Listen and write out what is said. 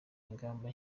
ingamba